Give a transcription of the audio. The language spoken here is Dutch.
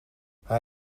hij